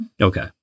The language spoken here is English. Okay